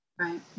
Right